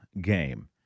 game